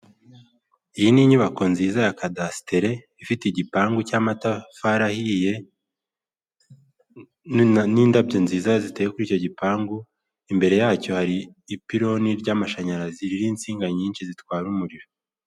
Iyi ni inyubako nziza ya kadasitere, ifite igipangu cy'amatafari ahiye, n'indabyo nziza ziteye kuri icyo gipangu, imbere yacyo hari ipironi ry'amashanyarazi ririho insinga nyinshi zitwara umuriro.